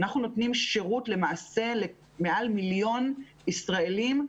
למעשה, אנחנו נותנים שירות למעל מיליון ישראלים.